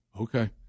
Okay